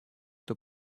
эту